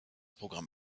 programm